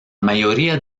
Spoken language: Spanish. mayoría